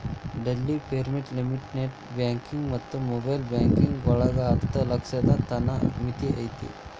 daily payment limit net banking ಮತ್ತ mobile banking ಒಳಗ ಹತ್ತ ಲಕ್ಷದ್ ತನ ಮಿತಿ ಐತಿ